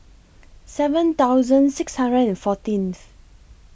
seven thousand six hundred and fourteenth